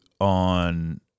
on